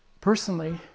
Personally